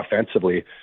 offensively